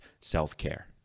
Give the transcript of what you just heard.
self-care